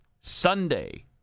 Sunday